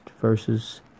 versus